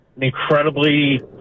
incredibly